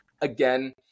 Again